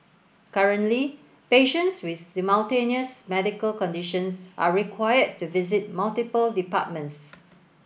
currently patients with simultaneous medical conditions are required to visit multiple departments